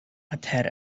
hacer